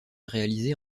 réalisé